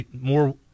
more